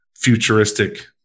futuristic